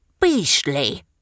Beastly